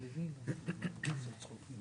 אני חייבת להתערב.